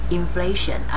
inflation